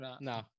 no